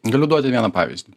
galiu duoti vieną pavyzdį